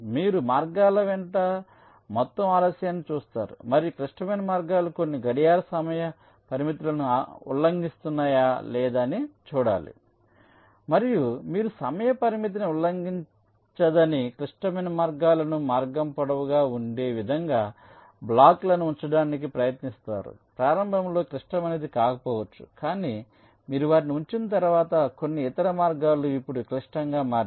మీరు మార్గాల వెంట మొత్తం ఆలస్యాన్ని చూస్తారు మరియు క్లిష్టమైన మార్గాలు కొన్ని గడియార సమయ పరిమితులను ఉల్లంఘిస్తున్నాయా లేదా అని చూడండి మరియు మీరు సమయ పరిమితిని ఉల్లంఘించని క్లిష్టమైన మార్గాలను మార్గం పొడవుగా ఉండే విధంగా బ్లాక్లను ఉంచడానికి ప్రయత్నిస్తారు ప్రారంభంలో క్లిష్టమైనది కాకపోవచ్చు కానీ మీరు వాటిని ఉంచిన తర్వాత కొన్ని ఇతర మార్గాలు ఇప్పుడు క్లిష్టంగా మారాయి